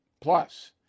Plus